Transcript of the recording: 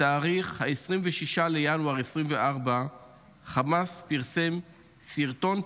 בתאריך 26 בינואר 2024 חמאס פרסם סרטון תעמולה,